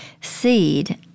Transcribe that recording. seed